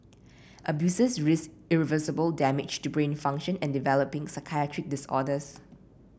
abusers risked irreversible damage to brain function and developing psychiatric disorders